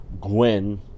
Gwen